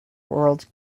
world